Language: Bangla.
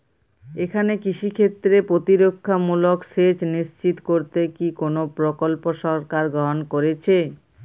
এখানে কৃষিক্ষেত্রে প্রতিরক্ষামূলক সেচ নিশ্চিত করতে কি কোনো প্রকল্প সরকার গ্রহন করেছে?